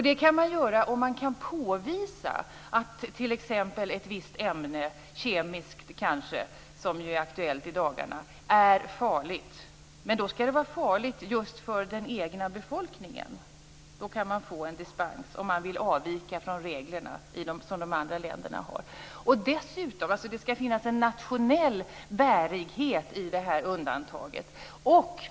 Detta kan man göra om man kan påvisa att ett visst ämne - kanske ett kemiskt ämne, som ju är aktuellt i dagarna - är farligt. Men det skall vara farligt för den egna befolkningen. Då kan man få dispens om man vill avvika från de regler som gäller i de andra länderna. Det skall dessutom finnas en nationell bärighet i undantaget.